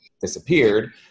disappeared